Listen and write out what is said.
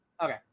Okay